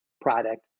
product